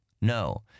No